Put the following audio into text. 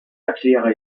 erkläre